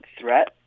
threat